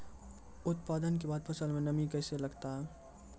उत्पादन के बाद फसल मे नमी कैसे लगता हैं?